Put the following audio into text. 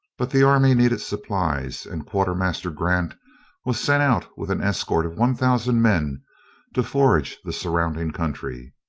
but the army needed supplies, and quartermaster grant was sent out with an escort of one thousand men to forage the surrounding country.